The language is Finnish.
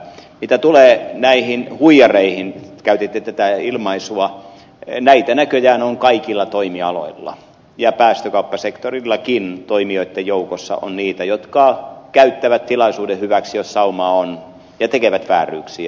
mitä tulee näihin huijareihin käytitte tätä ilmaisua näitä näköjään on kaikilla toimialoilla ja päästökauppasektorillakin toimijoitten joukossa on niitä jotka käyttävät tilaisuuden hyväksi jos saumaa on ja tekevät vääryyksiä